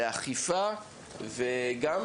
לאכיפה וגם